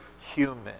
human